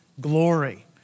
glory